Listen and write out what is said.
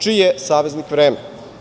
Čiji je saveznik vreme?